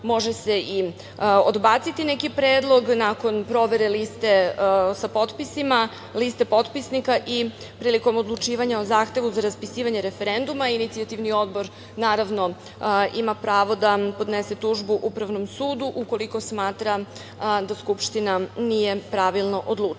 može se i odbaciti neki predlog. Nakon provere liste sa potpisima, liste potpisnika i prilikom odlučivanja o zahtevu za raspisivanje referenduma inicijativni odbor, naravno, ima pravo da podnese tužbu Upravnom sudu ukoliko smatra da Skupština nije pravilno odlučila. Narodna